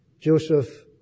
Joseph